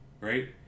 right